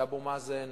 שאבו מאזן